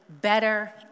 better